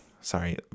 sorry